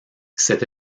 cette